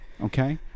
Okay